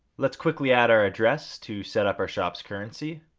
let's quickly add our address to set up our shop's currency.